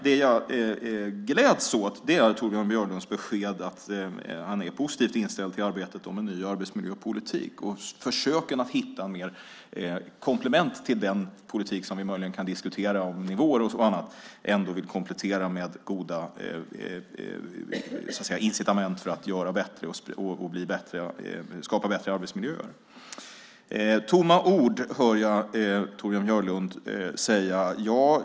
Det jag gläds åt är Torbjörn Björlunds besked att han är positivt inställd till arbetet med en ny arbetsmiljöpolitik och försöken att hitta komplement till den politiken. Vi kan diskutera nivåer och annat men vi vill ändå komplettera med goda incitament för att skapa bättre arbetsmiljöer. Jag hör Torbjörn Björlund säga att det är tomma ord.